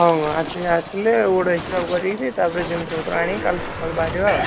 ହଁ ହଁ ଆସିଲେ ଆସିଲେ ଗୋଟେ ହିସାବ କରି କିରି ତା'ପରେ ଜିନିଷ ପତ୍ର ଆଣିକି କାଲି ସକାଳେ ବାହାରିବା ଆଉ